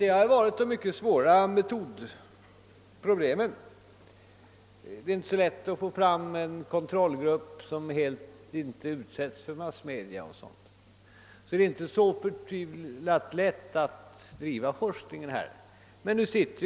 Metodproblemen har emellertid visat sig vara mycket svåra; det har inte varit lätt att få fram en kontrollgrupp som är helt isolerad från massmedia o.s.v. Det är alltså inte så förtvivlat lätt att bedriva forskning på detta område.